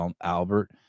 albert